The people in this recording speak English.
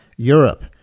Europe